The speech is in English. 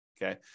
Okay